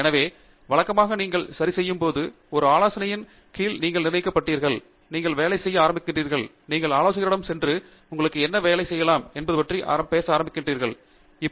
எனவே வழக்கமாக நீங்கள் சரி செய்யும்போது ஒரு ஆலோசனையின் கீழ் நீங்கள் நிர்ணயிக்கப்பட்டீர்கள் நீங்கள் வேலை செய்ய ஆரம்பிக்கிறீர்கள் நீங்கள் ஆலோசகரிடம் சென்று உங்களுக்கு என்ன வேலை செய்யலாம் என்பதைப் பற்றி பேச ஆரம்பிக்கிறீர்களா